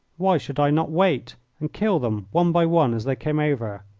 why should i not wait and kill them one by one as they came over?